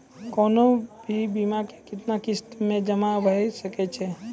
कोनो भी बीमा के कितना किस्त मे जमा भाय सके छै?